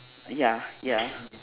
ya ya